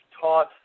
taught